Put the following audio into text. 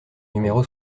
numéro